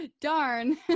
Darn